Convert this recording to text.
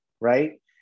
right